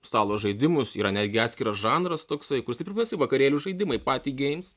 stalo žaidimus yra netgi atskiras žanras toksai kur taip ir vadinasi vakarėlių žaidimai party games